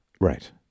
Right